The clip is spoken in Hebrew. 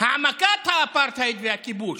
העמקת האפרטהייד והכיבוש.